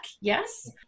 Yes